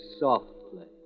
softly